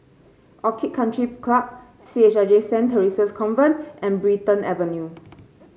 Orchid Country Club C H I J Saint Theresa's Convent and Brighton Avenue